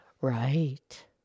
Right